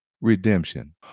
Redemption